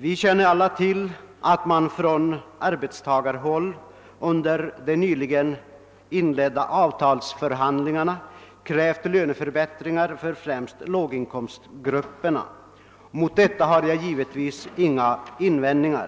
: Vi känner alla till att man från arbetstagarhåll under de nyligen inledda avtalsförhandlingarna krävt löneförbättringar för främst låginkomstgrupperna. Häremot har jag givetvis ingenting att invända;